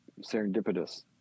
serendipitous